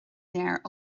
léir